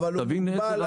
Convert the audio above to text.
תבין מאיפה זה בא.